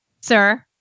sir